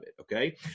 Okay